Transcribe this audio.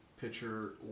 pitcher